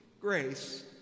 Grace